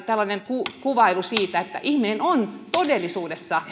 tällainen yleinen kuvailu siitä että ihminen on todellisuudessa